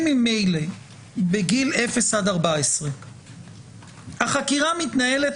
אם ממילא מגיל אפס עד 14 החקירה מתנהלת